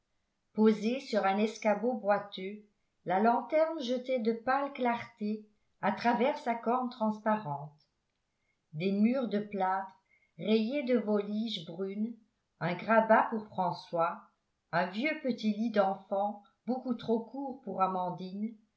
posée sur un escabeau boiteux la lanterne jetait de pâles clartés à travers sa corne transparente des murs de plâtre rayés de voliges brunes un grabat pour françois un vieux petit lit d'enfant beaucoup trop court pour amandine